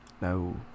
No